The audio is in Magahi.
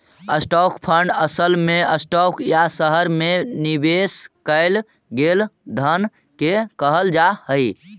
स्टॉक फंड असल में स्टॉक या शहर में निवेश कैल गेल धन के कहल जा हई